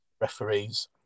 referees